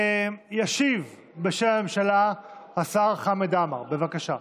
ישיב בשם הממשלה השר חמד עמאר, בבקשה.